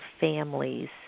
families